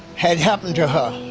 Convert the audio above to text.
had happened to her.